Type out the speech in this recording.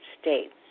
states